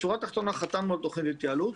בשורה התחתונה חתמנו על תוכנית התייעלות.